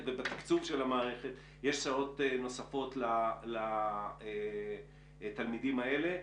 ובתקצוב של המערכת שעות נוספות לתלמידים האלה.